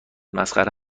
مسخره